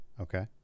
Okay